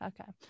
Okay